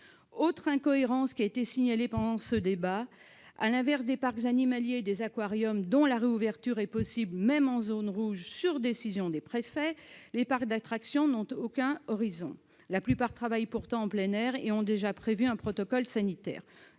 Autre incohérence, signalée pendant ce débat : à l'inverse des parcs animaliers et des aquariums, dont la réouverture est possible, même en zone rouge, sur décision du préfet, les parcs d'attractions n'ont aucun horizon. La plupart de ceux-ci travaillent pourtant en plein air et ont déjà prévu un protocole sanitaire